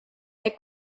est